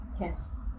Yes